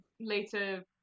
later